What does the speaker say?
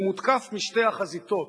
הוא מותקף בשתי החזיתות,